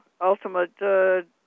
ultimate